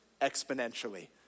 exponentially